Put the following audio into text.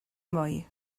mwy